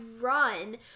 run